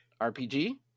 RPG